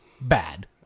bad